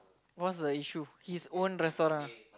what's the issue his own restaurant ah